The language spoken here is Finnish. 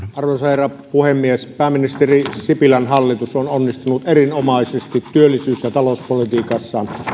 arvoisa herra puhemies pääministeri sipilän hallitus on onnistunut erinomaisesti työllisyys ja talouspolitiikassaan